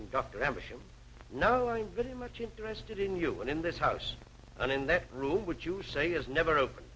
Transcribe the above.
knowing very much interested in you and in this house and in that room would you say is never open